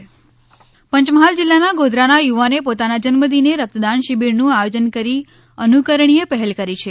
જન્મદિને રક્તદાન પંચમહાલ જીલ્લાના ગોધરાના યુવાને પોતાના જન્મદિને રક્તદાન શિબિરનું આયોજન કરીને અનુકરણીય પહેલ કરી છે